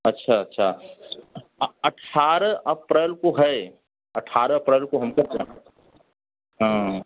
अच्छा अच्छा अठारह अप्रैल को है अठारह अप्रैल को हमको हाँ